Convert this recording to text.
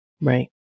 Right